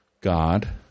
God